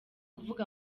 kuvuga